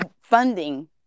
funding